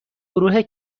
گروه